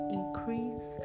increase